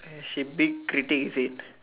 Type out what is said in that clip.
she big critic is it